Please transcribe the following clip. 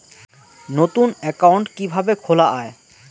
নতুন একাউন্ট কিভাবে খোলা য়ায়?